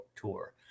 tour